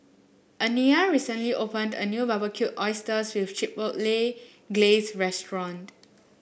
Aniya recently opened a new Barbecued Oysters with Chipotle Glaze restaurant